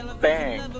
Bang